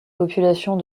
populations